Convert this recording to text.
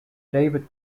david